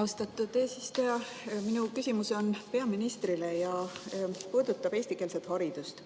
Austatud eesistuja! Minu küsimus on peaministrile ja puudutab eestikeelset haridust.